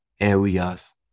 areas